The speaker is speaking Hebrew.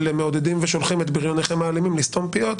מעודדים ושולחים את בריוניכם האלימים לסתום פיות,